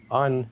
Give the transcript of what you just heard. on